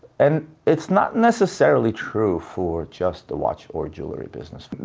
and it's not necessarily true for just the watch or jewelry business.